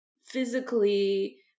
physically